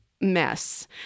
mess